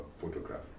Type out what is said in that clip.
photograph